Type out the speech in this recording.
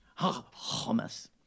Hummus